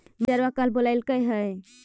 मैनेजरवा कल बोलैलके है?